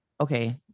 okay